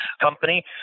company